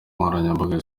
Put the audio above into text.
nkoranyambaga